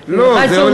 לא, זה הולך מהר.